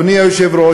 אדוני היושב-ראש,